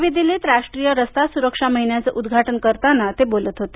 नवी दिल्लीत राष्ट्रीय रस्ता सुरक्षा महिन्याचं उद्घाटन करताना ते बोलत होते